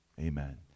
Amen